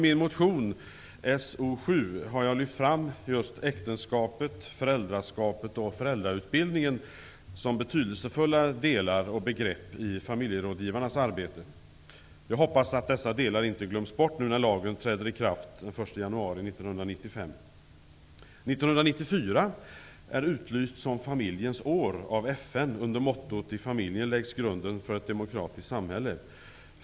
I min motion 1993/94:So7 har jag lyft fram äktenskapet, föräldraskapet och föräldrautbildningen som betydelsefulla delar och begrepp i familjerådgivarnas arbete. Jag hoppas att dessa delar inte glöms bort när lagen träder i kraft den 1 januari 1995. 1994 är utlyst som familjens år av FN under mottot: I familjen läggs grunden för ett demokratiskt samhälle.